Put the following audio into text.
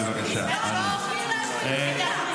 בבקשה, אנא.